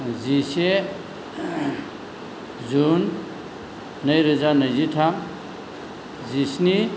जिसे जुन नै रोजा नैजिथाम जिस्नि